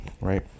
right